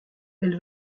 elle